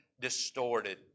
distorted